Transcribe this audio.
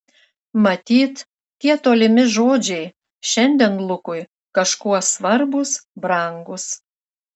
matyt tie tolimi žodžiai šiandien lukui kažkuo svarbūs brangūs